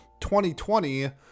2020